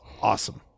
awesome